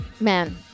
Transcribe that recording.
man